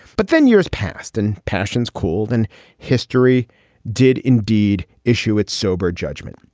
but then years passed and passions cooled and history did indeed issue its sober judgment.